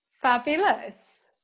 Fabulous